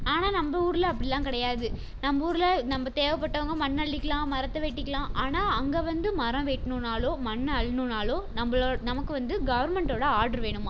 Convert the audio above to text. ஆனால் நம்ம ஊரில் அப்படில்லாம் கிடையாது நம்ம ஊரில் நம்ம தேவைப்பட்டவங்க மண்ணளிக்கலாம் மரத்தை வெட்டிக்கலாம் ஆனால் அங்கே வந்து மரம் வெட்டின்னாலும் மண்ணை அள்ளினாலும் நம்மளோ நமக்கு வந்து கவர்மெண்ட்டோடய ஆர்டர் வேணுமாம்